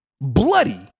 bloody